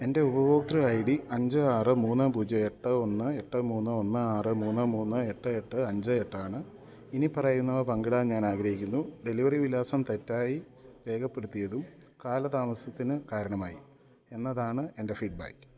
എൻ്റെ ഉപഭോക്തൃ I D അഞ്ച് ആറ് മൂന്ന് പൂജ്യം എട്ട് ഒന്ന് എട്ട് മൂന്ന് ഒന്ന് ആറ് മൂന്ന് മൂന്ന് എട്ട് എട്ട് അഞ്ച് എട്ടാണ് ഇനിപ്പറയുന്നവ പങ്കിടാൻ ഞാനാഗ്രഹിക്കുന്നു ഡെലിവറി വിലാസം തെറ്റായി രേഖപ്പെടുത്തിയതും കാലതാമസത്തിന് കാരണമായിയെന്നതാണ് എൻ്റെ ഫീഡ്ബാക്ക്